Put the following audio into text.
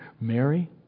Mary